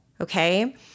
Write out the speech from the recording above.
Okay